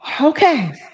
Okay